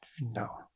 No